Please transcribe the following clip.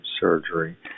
surgery